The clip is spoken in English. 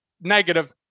negative